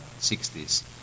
60s